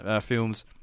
films